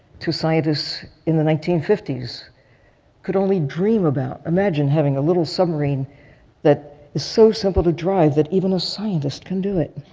to scientists in the nineteen fifty s could only dream about. imagine having a little submarine that is so simple to drive that even a scientist can do it.